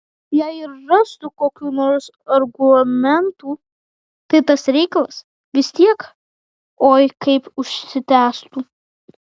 jei ir rastų kokių nors argumentų tai tas reikalas vis tiek oi kaip užsitęstų